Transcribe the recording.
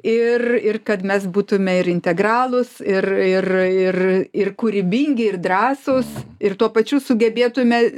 ir ir kad mes būtume ir integralūs ir ir ir ir kūrybingi ir drąsūs ir tuo pačiu sugebėtume